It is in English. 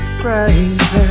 crazy